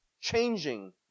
changing